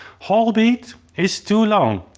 whole beat is too long,